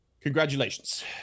Congratulations